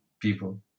people